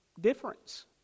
difference